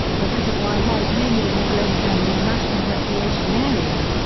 the reservoir lies mainly in the glen canyon national recreation area.